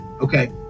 Okay